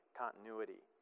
continuity